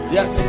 Yes